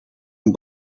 een